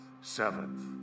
seventh